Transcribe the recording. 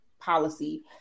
policy